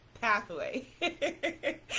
pathway